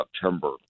September